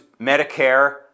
Medicare